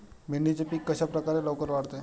भेंडीचे पीक कशाप्रकारे लवकर वाढते?